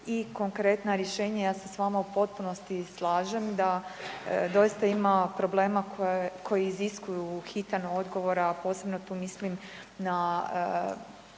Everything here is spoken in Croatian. i konkretna rješenja. Ja se s vama u potpunosti slažem da doista ima problema koji iziskuju hitan odgovor, a posebno tu mislim na